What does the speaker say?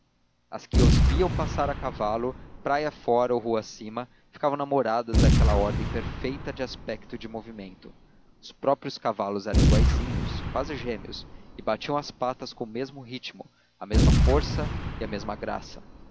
as que os viam passar a cavalo praia fora ou rua acima ficavam namoradas daquela ordem perfeita de aspecto e de movimento os próprios cavalos eram iguaizinhos quase gêmeos e batiam as patas com o mesmo ritmo a mesma força e a mesma graça